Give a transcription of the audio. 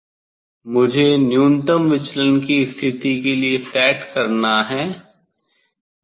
मुझे न्यूनतम विचलन की स्थिति के लिए सेट करना है